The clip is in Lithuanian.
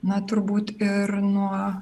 na turbūt ir nuo